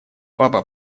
папа